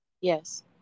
Yes